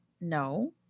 no